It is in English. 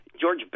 George